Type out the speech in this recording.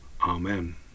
Amen